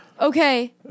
Okay